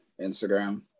Instagram